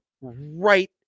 right